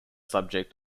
subject